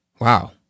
Wow